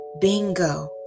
Bingo